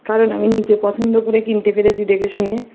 কারণ আমি নিজে পছন্দ করে কিনতে পেরেছি দেখে শুনে